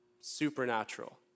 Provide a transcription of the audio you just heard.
supernatural